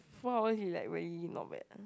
four hour is like really not bad